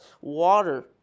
water